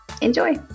enjoy